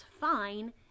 fine